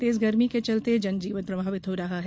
तेज गर्मी के चलते जनजीवन प्रभावित हो रहा है